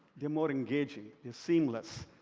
they're more engaging. they're seamless.